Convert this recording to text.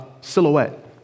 silhouette